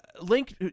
Link